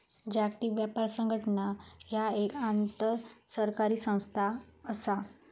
जागतिक व्यापार संघटना ह्या एक आंतरसरकारी संस्था असा